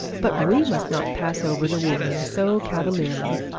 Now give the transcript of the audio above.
but we must not pass over the wooing so cavalierly.